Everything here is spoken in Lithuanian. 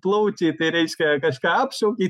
plaučiai tai reiškia kažką apšaukei